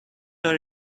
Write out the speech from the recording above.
are